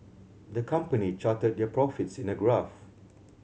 the company charted their profits in a graph